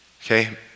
okay